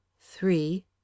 three—